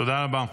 תודה רבה.